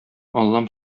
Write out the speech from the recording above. аллам